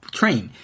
train